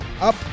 up